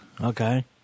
Okay